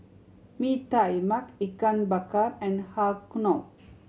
Mee Tai Mak Ikan Bakar and Har Kow